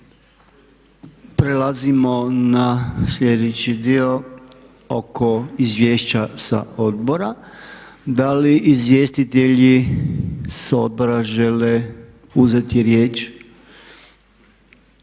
Prelazimo na sljedeći dio oko izvješća sa odbora. Da li izvjestitelji s odbora žele uzeti riječ?